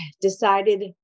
decided